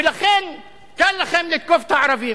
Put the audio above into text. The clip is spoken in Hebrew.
ולכן קל לכם לתקוף את הערבים,